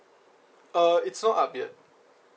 uh it's not up yet